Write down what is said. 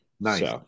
Nice